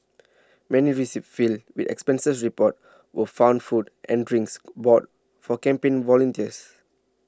many receipts filed the expenses reports were found food and drinks bought for campaign volunteers